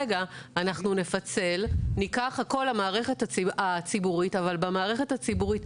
רגע אנחנו נפצל וניקח הכול למערכת הציבורית אבל במערכת הציבורית,